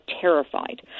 terrified